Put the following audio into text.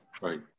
Right